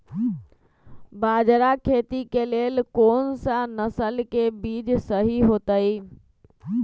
बाजरा खेती के लेल कोन सा नसल के बीज सही होतइ?